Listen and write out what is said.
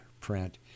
print